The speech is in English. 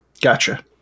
Gotcha